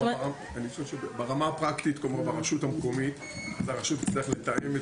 ברמה הפרקטית הרשות המקומית תצטרך לתאם את